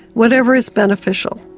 whatever is beneficial.